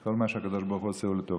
כל מה שהקדוש ברוך הוא עושה הוא לטובה,